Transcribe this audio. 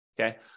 Okay